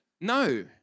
No